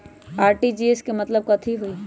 RTGS के मतलब कथी होइ?